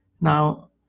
Now